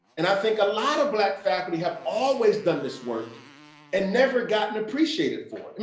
and i think a lot of black faculty have always done this work and never gotten appreciated for.